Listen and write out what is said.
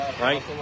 Right